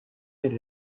mir